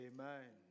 Amen